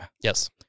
Yes